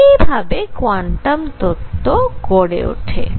এই ভাবে কোয়ান্টাম তত্ত্ব গড়ে ওঠে